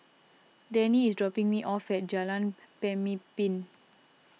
Dennie is dropping me off at Jalan Pemimpin